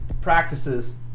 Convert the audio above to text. practices